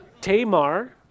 Tamar